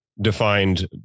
defined